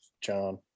John